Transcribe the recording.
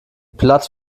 platt